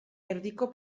erdiko